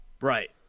right